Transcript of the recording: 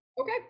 Okay